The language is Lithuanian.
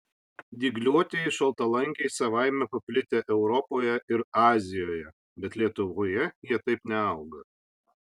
dygliuotieji šaltalankiai savaime paplitę europoje ir azijoje bet lietuvoje jie taip neauga